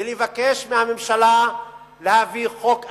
ולבקש מהממשלה להביא חוק אחר,